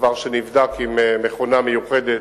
דבר שנבדק עם מכונה מיוחדת,